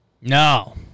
No